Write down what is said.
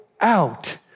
out